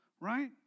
right